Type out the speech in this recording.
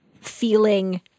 feeling